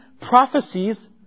prophecies